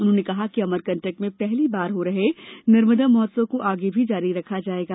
उन्होंने कहा कि अमरकंटक में पहली बार हो रहे नर्मदा महोत्सव को आगे भी जारी रखा जायेगा